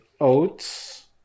oats